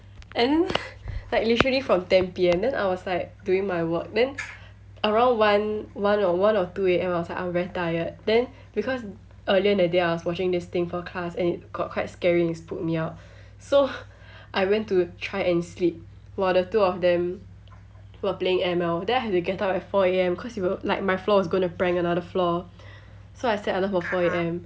and like literally from ten P_M then I was like doing my work then around one one or one or two A_M I was like I'm very tired then because earlier that day I was watching this thing for class and it got quite scary and it spooked me out so I went to try and sleep while the two of them were playing M_L then I had to get up at four A_M cause it will like my floor was gonna prank another floor so I set alarm for four A_M